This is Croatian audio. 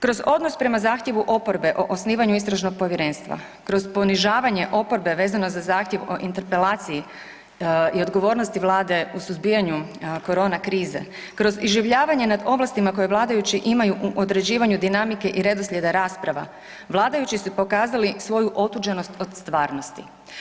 Kroz odnos prema zahtjevu oporbe o osnivanju istražnog povjerenstva, kroz ponižavanje oporbe vezano za zahtjev o interpelaciji i odgovornosti vlade u suzbijanju korona krize, kroz iživljavanje nad ovlastima koje vladajući imaju u određivanju dinamike i redoslijeda rasprava, vladajući su pokazali svoju otuđenost od stvarnosti.